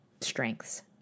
Strengths